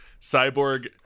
Cyborg